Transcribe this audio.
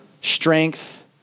strength